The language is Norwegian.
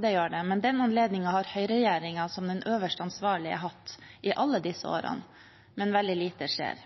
det gjør det, men den anledningen har høyreregjeringen som den øverste ansvarlige hatt i alle disse årene, men veldig lite skjer.